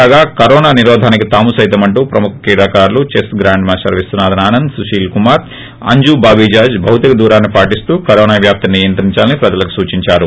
కాగా కరోనా నిరోధానికి తాము సైతం అంటూ ప్రముఖ క్రీడాకారులు chess grand master Vishwanath Anand Sushil Kumar Anju Bobby George భౌతికదూరాన్ని పాటిస్తూ కరోనా వ్యాప్తిని నియంత్రించాలని ప్రజలకు సూచించారు